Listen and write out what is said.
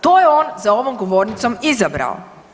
To je on za ovom govornicom izabrao.